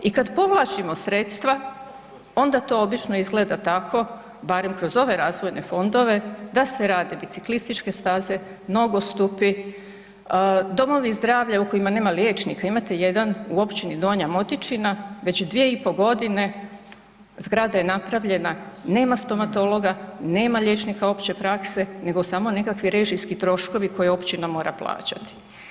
I kad povlačimo sredstva onda to obično izgleda tako, barem kroz ove razvojne fondove, da se rade biciklističke staze, nogostupi, domovi zdravlja u kojima nema liječnika, imate jedan u općini Donja Motičina već 2,5.g. zgrada je napravljena, nema stomatologa, nema liječnika opće prakse, nego samo nekakvi režijski troškovi koje općina mora plaćati.